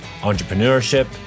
entrepreneurship